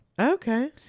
Okay